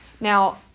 Now